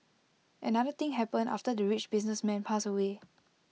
another thing happened after the rich businessman passed away